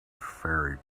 fairy